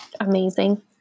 amazing